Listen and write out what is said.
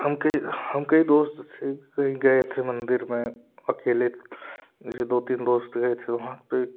हम कई हम कई दोस्त थे कही गए थे मंदिर में अकेले दो तीन दोस्त गए थे वहाँ पर